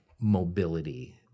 mobility